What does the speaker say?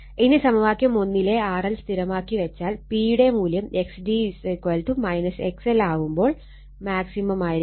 ഇനി സമവാക്യം ലെ RL സ്ഥിരമാക്കി വെച്ചാൽ P യുടെ മൂല്യം X g XL ആവുമ്പോൾ മാക്സിമം ആയിരിക്കും